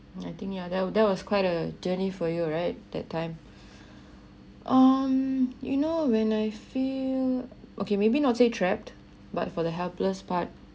I think you are that that was quite a journey for you right that time um you know when I feel okay maybe not say trapped but for the helpless part